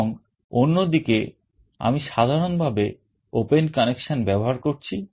এবং অন্যদিকে আমি সাধারন ভাবে open connection ব্যবহার করছি